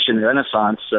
renaissance